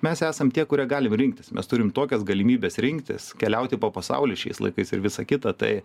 mes esam tie kurie galime rinktis mes turime tokias galimybes rinktis keliauti po pasaulį šiais laikais ir visa kita tai